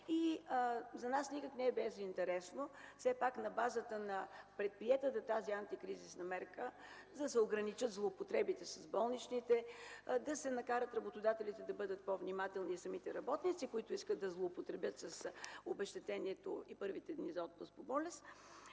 За нас никак не е безинтересно на базата на предприетата антикризисна мярка да се ограничат злоупотребите с болничните, да се накарат работодателите да бъдат по-внимателни и самите работници, които искат да злоупотребят с обезщетението и първите дни за отпуск по болест.